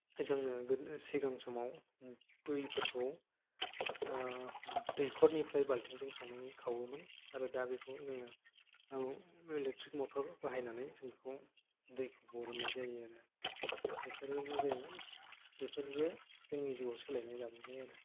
जोंनो सिगां समाव दैफोरखौ दैखरनिफ्राय बाल्थिंजों खांनानै खावोमोन आरो दा बेखौ जोङो इलेकट्रिक मटर बाहायनानै जों बेखौ दैखौ बरननाय जायो आरो बेफोरनो जाहैबाय बेफोरबो जोंनि जिउआव सोलायनाय लाबोबाय आरो